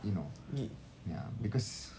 you know ya because